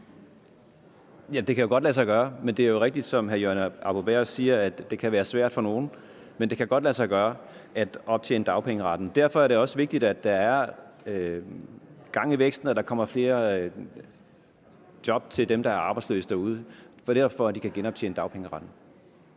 det kan godt lade sig gøre, men det er jo rigtigt, som hr. Jørgen Arbo-Bæhr siger, at det kan være svært for nogle. Men det kan godt lade sig gøre at genoptjene dagpengeretten. Derfor er det også vigtigt, at der er gang i væksten, og at der kommer flere job til dem, der er arbejdsløse derude, netop for at de kan genoptjene dagpengeretten.